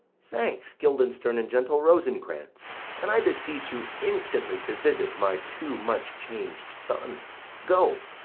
thanks, guildenstern and gentle rosencrantz and i beseech you instantly to visit my too-much-changed son go,